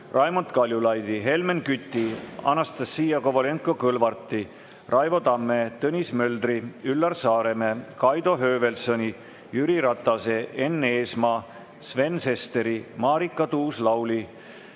Raimond Kaljulaidi, Helmen Küti, Anastassia Kovalenko-Kõlvarti, Raivo Tamme, Tõnis Möldri, Üllar Saaremäe, Kaido Höövelsoni, Jüri Ratase, Enn Eesmaa, Sven Sesteri, Marika Tuus-Lauli,